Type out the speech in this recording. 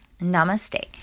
Namaste